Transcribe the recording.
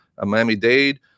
Miami-Dade